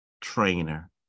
trainer